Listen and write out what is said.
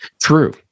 True